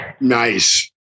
nice